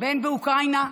בין שבאוקראינה,